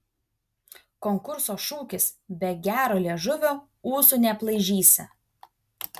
konkurso šūkis be gero liežuvio ūsų neaplaižysi